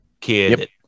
kid